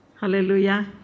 Hallelujah